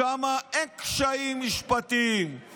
שם אין קשיים משפטיים,